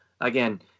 again